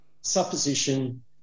supposition